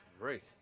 great